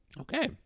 okay